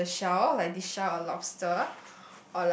from the shell like this shell a lobster